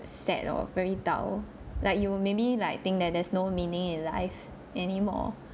sad or very dull like you maybe like think that there's no meaning in life anymore